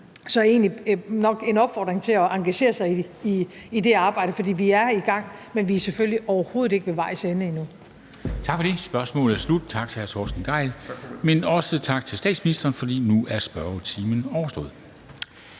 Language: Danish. egentlig nok en opfordring til at engagere sig i det arbejde, for vi er i gang, men vi er selvfølgelig overhovedet ikke ved vejs ende endnu.